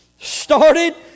started